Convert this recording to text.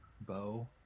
Bo